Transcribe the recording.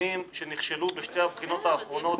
הנבחנים שנכשלו בשתי הבחינות האחרונות.